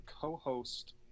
co-host